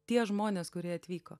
tie žmonės kurie atvyko